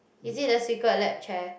is it a secret lab chair